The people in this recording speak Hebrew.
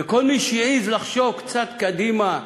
וכל מי שהעז לחשוב קצת קדימה,